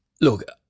look